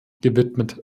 gewidmet